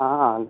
हाँ